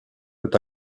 peut